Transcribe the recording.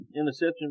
interception